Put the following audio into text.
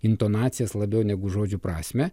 intonacijas labiau negu žodžių prasmę